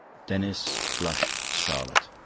denis blushed scarlet.